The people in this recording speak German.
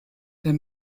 der